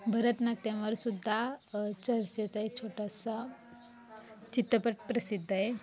भरतनाट्यमवर सुद्धा चर्चेचा एक छोटासा चित्रपट प्रसिद्ध आहे